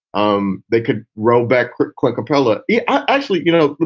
um they could row back quick, quick capella, yeah actually. you know,